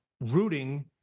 rooting